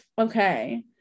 okay